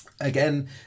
Again